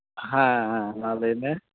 ᱦᱮᱸ ᱦᱮᱸ ᱢᱟ ᱞᱟᱹᱭ ᱢᱮ